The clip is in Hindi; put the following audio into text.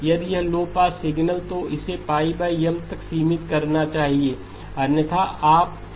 यदि यह लो पास सिग्नल है तो इसे M तक सीमित होना चाहिए अन्यथा आप एलियासिंग में चले जाएंगे